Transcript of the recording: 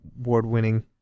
award-winning